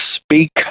Speak